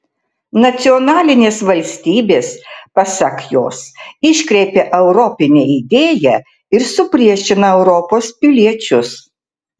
nacionalinės valstybės pasak jos iškreipia europinę idėją ir supriešina europos piliečius